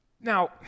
Now